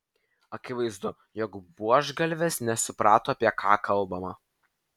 akivaizdu jog buožgalvis nesuprato apie ką kalbama